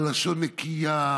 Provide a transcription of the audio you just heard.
על לשון נקייה.